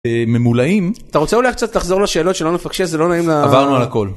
ממולאים. אתה רוצה אולי קצת לחזור לשאלות שלא נפקשש זה לא נעים ל... עברנו על הכל.